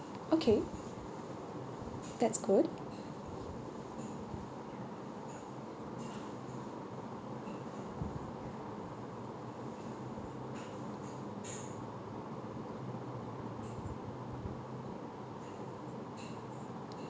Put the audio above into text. okay that's good